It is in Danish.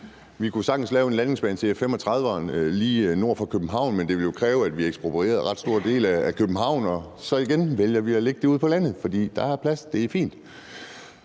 Vi kunne sagtens lave en landingsbane til F-35'eren lige nord for København, men det ville jo kræve, at vi eksproprierede ret store dele af København, og så vælger vi igen at lægge det ude på landet, fordi der er plads, og det er fint.